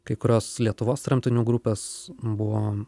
kai kurios lietuvos tremtinių grupės buvo